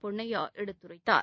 பொன்னையா எடுத்துரைத்தார்